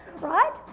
Right